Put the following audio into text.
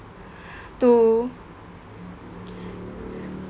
to